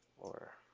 or